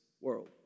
world